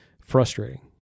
frustrating